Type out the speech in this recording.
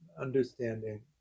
understanding